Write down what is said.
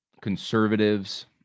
conservatives